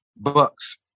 Bucks